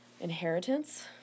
Inheritance